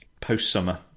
post-summer